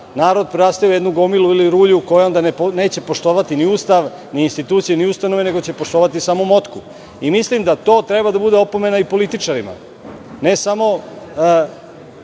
narod preraste u jednu gomilu ili rulju koja neće poštovati ni Ustav, ni institucije, ni ustanove, nego će samo poštovati samo motku. Mislim da to treba da bude opomena i političarima, ne samo